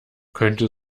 könnte